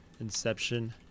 inception